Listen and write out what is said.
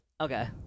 Okay